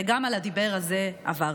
וגם על הדיבר הזה עברתם.